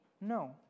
No